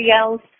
else